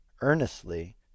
earnestly